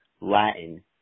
Latin